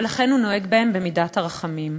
ולכן הוא נוהג בהם במידת הרחמים.